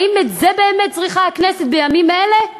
האם את זה באמת הכנסת צריכה בימים אלה?